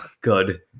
good